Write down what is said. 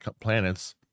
planets